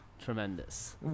Tremendous